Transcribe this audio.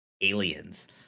aliens